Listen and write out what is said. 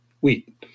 wheat